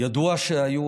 ידוע שהיו